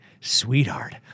sweetheart